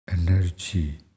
energy